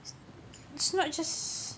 it's not just